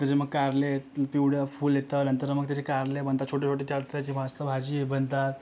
त्याचे मग कारले येतील पिवळं फूल येतं नंतर मग त्याचे कारले बनतात छोटेछोटे त्याची मस्त भाजी बनतात